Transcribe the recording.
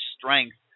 strength